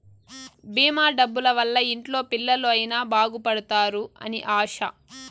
భీమా డబ్బుల వల్ల ఇంట్లో పిల్లలు అయిన బాగుపడుతారు అని ఆశ